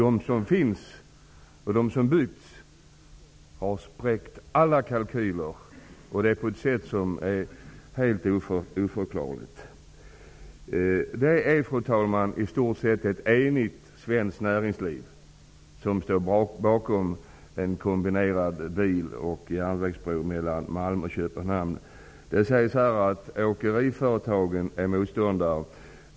De som finns och som byggs har spräckt alla kalkyler på ett oförklarligt sätt. Fru talman! Det är ett i stort sett enigt svenskt näringsliv som står bakom en kombinerad bil och järnvägsbro mellan Malmö och Köpenhamn. Det sägs här att åkeriföretagen är motståndare.